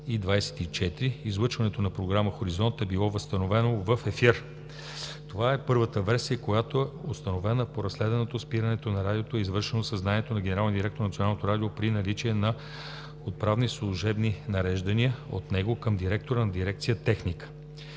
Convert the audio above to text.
ч. излъчването на програма „Хоризонт“ е било възстановено в ефира. Това е първата версия, която е установена по разследването – спирането на Радиото е извършено със знанието на генералния директор на Националното радио при наличието на отправени служебни нареждания от него към директора на дирекция „Техника“.